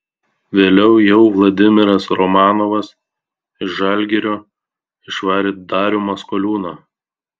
vėliau jau vladimiras romanovas iš žalgirio išvarė darių maskoliūną